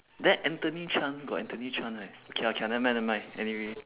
that anthony chan got anthony chan right okay lah okay lah never mind never mind anyway